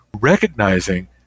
recognizing